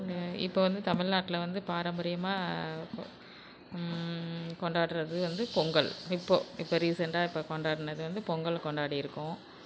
இப்போ வந்து தமிழ்நாட்டில வந்து பாரம்பரியமாக கொண்டாடுறது வந்து பொங்கல் இப்போது இப்போ ரீசண்ட்டாக இப்போ கொண்டாடுனது வந்து பொங்கல் கொண்டாடி இருக்கோம்